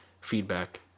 feedback